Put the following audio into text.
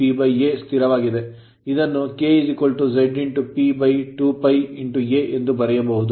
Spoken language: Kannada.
159ZPA ಸ್ಥಿರವಾಗಿದೆ ಇದನ್ನು K ZP2πA ಎಂದೂ ಬರೆಯಬಹುದು